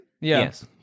Yes